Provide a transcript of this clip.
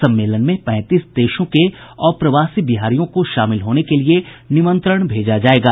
सम्मेलन में पैंतीस देशों से अप्रवासी बिहारियों को शामिल होने के लिए निमंत्रण भेजा जायेगा